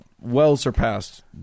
well-surpassed